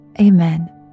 amen